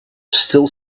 still